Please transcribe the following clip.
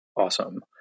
Awesome